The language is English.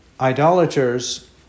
Idolaters